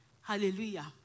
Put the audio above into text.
Hallelujah